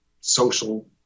social